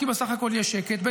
כי בסך הכול יש שקט, ב.